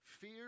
fear